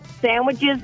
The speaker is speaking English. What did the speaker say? Sandwiches